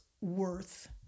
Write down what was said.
worth